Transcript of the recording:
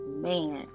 man